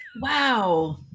Wow